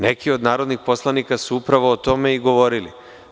Neki od narodnih poslanika su upravo o tome i govorili.